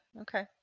okay